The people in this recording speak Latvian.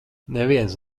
neviens